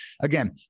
again